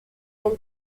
elle